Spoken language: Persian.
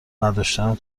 نداشتن